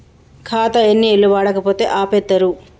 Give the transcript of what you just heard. ఖాతా ఎన్ని ఏళ్లు వాడకపోతే ఆపేత్తరు?